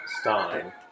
Stein